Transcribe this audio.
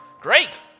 Great